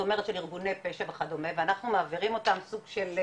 אומרת של ארגוני פשט ואנחנו מעבירים אותם סוג של